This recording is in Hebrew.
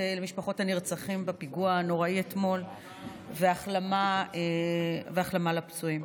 הנרצחים בפיגוע הנוראי אתמול והחלמה לפצועים.